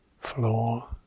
Floor